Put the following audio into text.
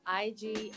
IG